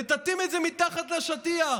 מטאטאים את זה מתחת לשטיח,